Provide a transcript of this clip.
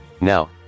Now